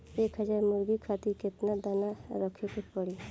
एक हज़ार मुर्गी खातिर केतना दाना रखे के पड़ी?